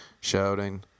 shouting